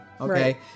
Okay